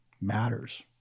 matters